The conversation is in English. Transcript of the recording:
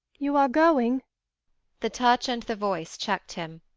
you are going the touch and the voice checked him.